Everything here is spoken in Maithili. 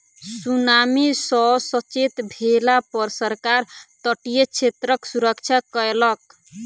सुनामी सॅ सचेत भेला पर सरकार तटीय क्षेत्रक सुरक्षा कयलक